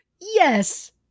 Yes